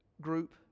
group